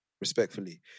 respectfully